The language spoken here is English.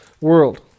world